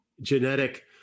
genetic